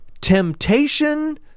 Temptation